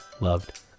loved